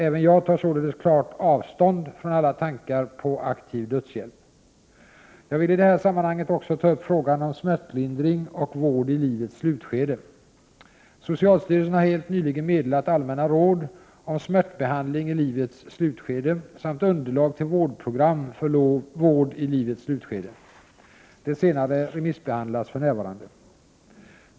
Även jag tar således klart avstånd från alla tankar på aktiv dödshjälp. Jag vill i det här sammanhanget också ta upp frågan om smärtlindring och vård i livets slutskede. Socialstyrelsen har helt nyligen meddelat allmänna råd om smärtbehandling i livets slutskede samt underlag till vårdprogram för vård i livets slutskede. Det senare remissbehandlas för närvarande.